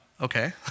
Okay